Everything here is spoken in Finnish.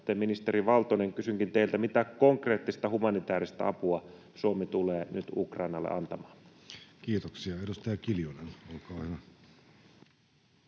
Ministeri Valtonen, kysynkin teiltä: mitä konkreettista humanitääristä apua Suomi tulee nyt Ukrainalle antamaan? Kiitoksia. — Edustaja Kiljunen, olkaa hyvä.